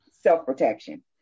self-protection